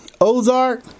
Ozark